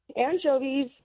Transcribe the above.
anchovies